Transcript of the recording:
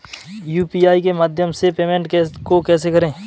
UPI के माध्यम से पेमेंट को कैसे करें?